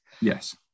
Yes